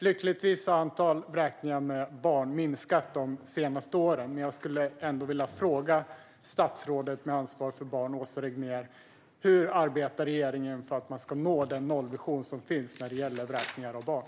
Lyckligtvis har antalet vräkningar där barn är inblandade minskat under de senaste åren, men jag skulle ändå vilja fråga statsrådet med ansvar för barn, Åsa Regnér: Hur arbetar regeringen för att man ska nå den nollvision som finns när det gäller vräkningar av barn?